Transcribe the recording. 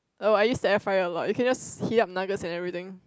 oh I used to air fry a lot you can just heat up nuggets and everything